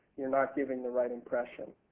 youire not giving the right impression.